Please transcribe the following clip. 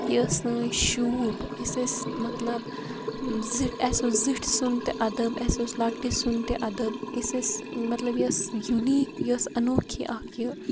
یہِ ٲس سٲنۍ شوٗب أسۍ ٲسۍ مَطلَب زِٹھ اَسہِ اوس زِٹھ سُنٛد تہِ اَدَب اَسہِ اوس لۄکٹہِ سُنٛد تہِ اَدَب أسۍ ٲسۍ مَطلَب یہِ ٲسۍ یوٗنیٖک مَطلَب یہِ ٲسۍ انوکھی اکھ یہِ